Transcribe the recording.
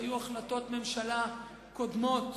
היו החלטות ממשלה קודמות